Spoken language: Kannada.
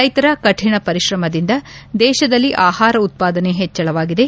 ರೈತರ ಕಠಣ ಪರಿಶ್ರಮದಿಂದ ದೇಶದಲ್ಲಿ ಆಹಾರ ಉತ್ಪಾದನೆ ಹೆಚ್ಗಳವಾಗಿದೆ